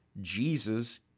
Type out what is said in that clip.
Jesus